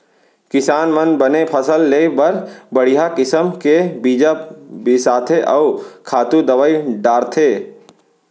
किसान मन बने फसल लेय बर बड़िहा किसम के बीजा बिसाथें अउ खातू दवई डारथें